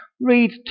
read